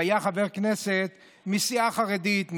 שהיה חבר כנסת מסיעה חרדית,